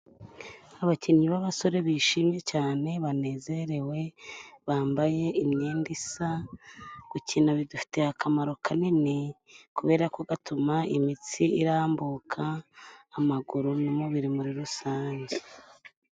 Abakinnyi b'abasore bishimye cyane banezerewe, bambaye imyenda isa. Gukina bidufitiye akamaro kanini, kubera ko bituma imitsi irambuka amaguru n'umubiri muri rusange.